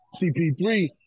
CP3